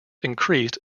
increased